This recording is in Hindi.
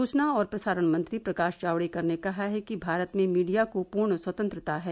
सुचना और प्रसारण मंत्री प्रकाश जावड़ेकर ने कहा है कि भारत में मीडिया को पूर्ण स्वतंत्रता है